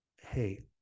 hey